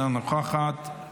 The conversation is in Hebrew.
אינה נוכחת,